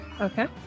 Okay